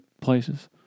places